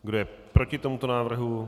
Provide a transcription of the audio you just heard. Kdo je proti tomuto návrhu?